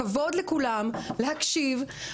כבוד לכולם להקשיב,